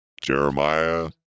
Jeremiah